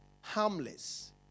Harmless